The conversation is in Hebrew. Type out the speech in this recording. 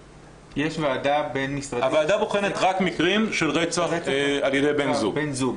הוועדה בוחנת רק מקרים של רצח על ידי בן זוג.